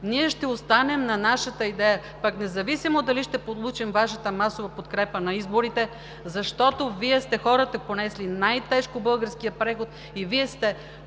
Ние ще останем на нашата идея, независимо дали ще получим Вашата масова подкрепа на изборите, защото Вие сте хората, понесли най тежко българския преход, Вие сте